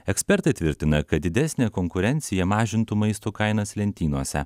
ekspertai tvirtina kad didesnė konkurencija mažintų maisto kainas lentynose